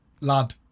Lad